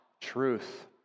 truth